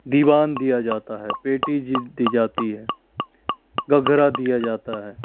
दीवान दिया जाता है पेटी जी दी जाती है घघरा दिया जाता है